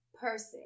person